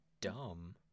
dumb